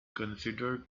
considered